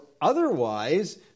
otherwise